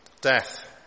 Death